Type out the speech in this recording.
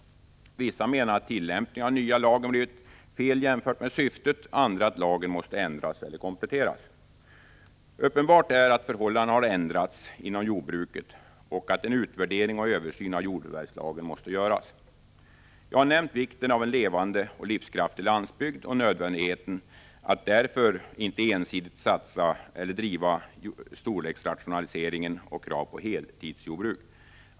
Vissa menar att tillämpningen av den nya lagen blivit fel jämfört med syftet, andra att lagen måste ändras eller kompletteras. Uppenbart är att förhållandena har ändrats och att en utvärdering och översyn av jordförvärvslagen måste göras. Jag har nämnt vikten av en levande och livskraftig landsbygd och nödvändigheten att därför inte ensidigt driva storleksrationaliseringen och kravet på heltidsjordbruk.